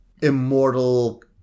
immortal